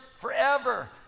forever